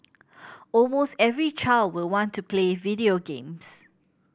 almost every child will want to play video games